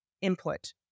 input